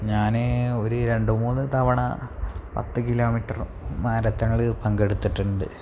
ഞാന് ഒരു രണ്ടുമൂന്ന് തവണ പത്ത് കിലോമീറ്റർ മാരത്തണില് പങ്കെടുത്തിട്ടുണ്ട്